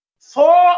four